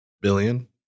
billion